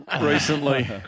Recently